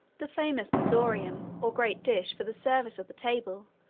the famous missorium, or great dish for the service of the table,